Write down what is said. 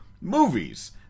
movies